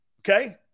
Okay